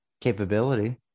capability